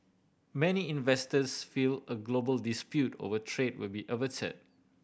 many investors feel a global dispute over trade will be averted